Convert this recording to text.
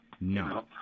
No